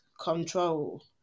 control